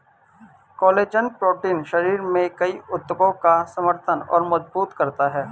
collagen protein शरीर में कई ऊतकों का समर्थन और मजबूत करता है